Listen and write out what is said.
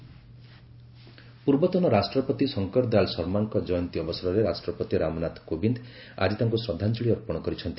Shankar Dayal Sharma tribute ପୂର୍ବତନ ରାଷ୍ଟ୍ରପତି ଶଙ୍କର ଦୟାଲ ଶର୍ମାଙ୍କ ଜୟନ୍ତୀ ଅବସରରେ ରାଷ୍ଟ୍ରପତି ରାମନାଥ ଗୋବିନ୍ଦ ଆଜି ତାଙ୍କ ୁ ଶ୍ରଦ୍ଧାଞ୍ଜଳି ଅର୍ପଣ କରିଛନ୍ତି